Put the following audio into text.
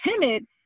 timid